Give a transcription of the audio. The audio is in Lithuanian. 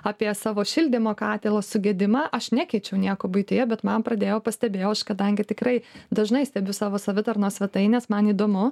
apie savo šildymo katilo sugedimą aš nekeičiau nieko buityje bet man pradėjo pastebėjau aš kadangi tikrai dažnai stebiu savo savitarnos svetaines man įdomu